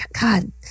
God